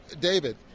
David